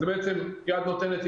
אז זה יד נותנת,